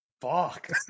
Fuck